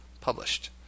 published